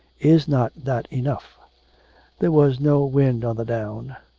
is not that enough there was no wind on the down.